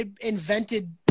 invented